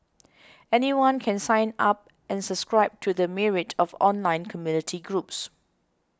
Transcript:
anyone can sign up and subscribe to the myriad of online community groups